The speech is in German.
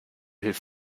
hilft